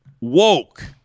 woke